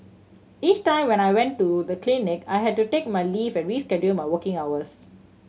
each time when I went to the clinic I had to take my leave and reschedule my working hours